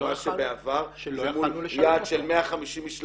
לשלם אותו ----- בעבר יעד של 150 משלחות,